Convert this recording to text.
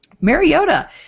Mariota